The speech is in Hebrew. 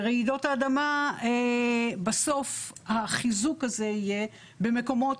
ורעידות האדמה בסוף החיזוק הזה יהיה במקומות,